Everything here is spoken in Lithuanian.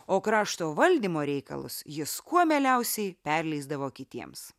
o krašto valdymo reikalus jis kuo mieliausiai perleisdavo kitiems